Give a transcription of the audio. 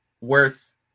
worth